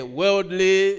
worldly